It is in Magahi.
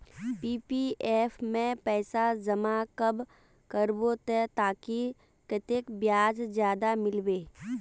पी.पी.एफ में पैसा जमा कब करबो ते ताकि कतेक ब्याज ज्यादा मिलबे?